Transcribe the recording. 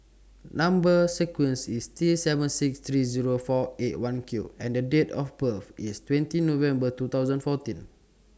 Number sequence IS T seven six three Zero four eight one Q and Date of birth IS twenty November two thousand fourteen